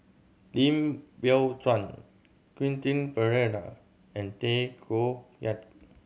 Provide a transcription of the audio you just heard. Lim Biow Chuan Quentin Pereira and Tay Koh Yat